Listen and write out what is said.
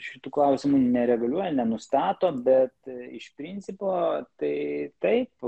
šitų klausimų nereguliuoja nenustato bet iš principo tai taip